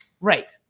Right